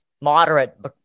moderate